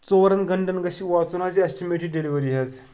ژورَن گَنٹن گژھِ واتُن حظ ایسٹِمیٹٕے ڈیٚلؤری حظ